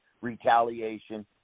retaliation